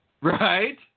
Right